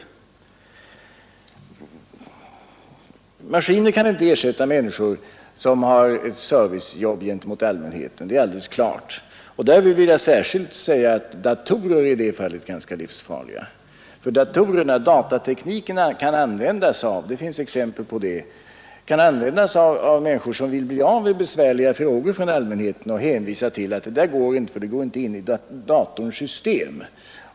Att maskiner inte kan ersätta människor som har ett servicebetonat jobb gentemot allmänheten är helt klart. Där vill jag särskilt säga att datorer är rätt livsfarliga, ty datatekniken och datorerna kan användas av människor som vill bli av med besvärliga frågor från allmänheten. Det finns exempel på det. Då hänvisar man bara till att det går inte in i datorns system.